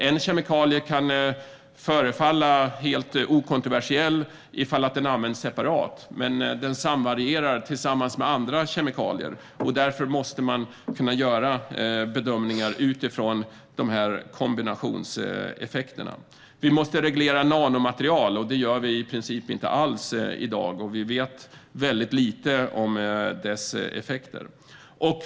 En kemikalie kan förefalla helt okontroversiell ifall den används separat, men den samreagerar med andra kemikalier. Därför måste man kunna göra bedömningar utifrån dessa kombinationseffekter. Vi måste reglera nanomaterial. Det gör vi i princip inte alls i dag. Vi vet väldigt lite om deras effekter.